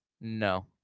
No